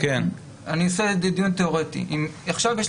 אני חושבת שהדוגמה שניתנה ע"י הפרקליטות של